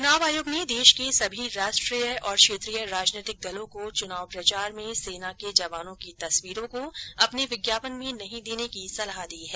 चुनाव आयोग ने देश के सभी राष्ट्रीय और क्षेत्रीय राजनीतिक दलों को चुनाव प्रचार में सेना के जवानों की तस्वीरों को अपने विज्ञापन में नहीं देने की सलाह दी है